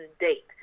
date